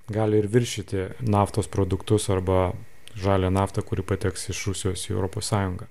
gali ir viršyti naftos produktus arba žalią naftą kuri pateks iš rusijos į europos sąjungą